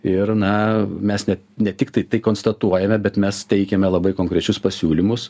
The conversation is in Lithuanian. ir na mes ne ne tiktai tai konstatuojame bet mes teikiame labai konkrečius pasiūlymus